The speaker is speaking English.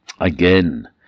again